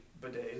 bidets